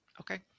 Okay